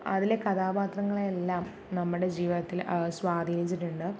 അതിലെ കഥാപാത്രങ്ങളെ എല്ലാം നമ്മുടെ ജീവിതത്തിൽ സ്വാധീനിച്ചിട്ടുണ്ട്